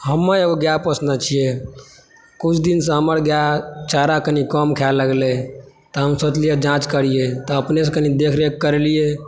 हम एक्गो गाय पोसने छियै किछु दिन सऽ हमर गाय चारा कनि कम खाय लगलै तऽ हम सोचलियै जाँच करिए तऽ अपने से कनि देखरेख करलियै